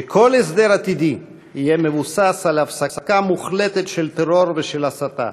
שכל הסדר עתידי יהיה מבוסס על הפסקה מוחלטת של טרור ושל הסתה,